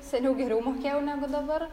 seniau geriau mokėjau negu dabar